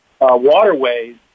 waterways